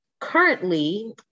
currently